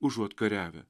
užuot kariavę